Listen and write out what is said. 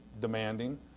demanding